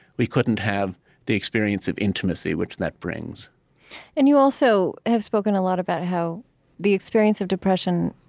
we couldn't have the experience of intimacy which that brings and you also have spoken a lot about how the experience of depression,